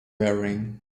wearing